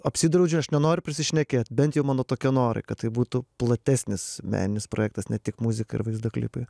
apsidraudžiu aš nenoriu prisišnekėt bent jau mano tokie norai kad tai būtų platesnis meninis projektas ne tik muzika ir vaizdo klipai